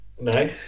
No